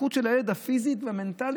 ההתפתחות של הילד הפיזית והמנטלית,